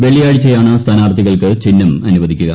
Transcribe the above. വെള്ളിയാഴ്ചയാണ് സ്ഥാനാർത്ഥികൾക്ക് ചിഹ്നം അനുവദിക്കുക